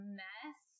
mess